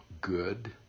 good